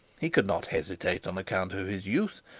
he could not hesitate on account of his youth,